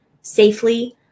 safely